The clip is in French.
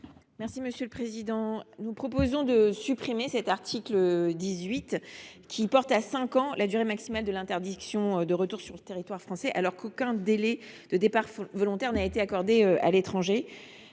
l’amendement n° 198. Nous proposons de supprimer cet article 18, qui porte à cinq ans la durée maximale de l’interdiction de retour sur le territoire français, alors qu’aucun délai de départ volontaire n’a été accordé à l’étranger.